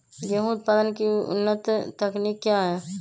गेंहू उत्पादन की उन्नत तकनीक क्या है?